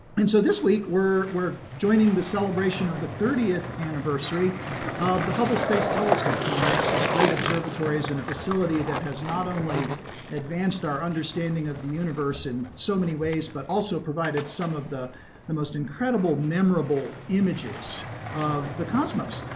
and so this week we're we're joining the celebration of the thirtieth anniversary of the hubble space telescope, one of nasa's great observatories and a facility that has not only advanced our understanding of the universe in so many ways, but also provided some of the the most incredible, memorable images of the cosmos.